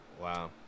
Wow